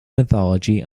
mythology